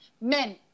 Men